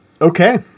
Okay